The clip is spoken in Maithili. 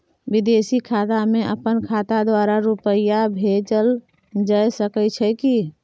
विदेशी खाता में अपन खाता द्वारा रुपिया भेजल जे सके छै की?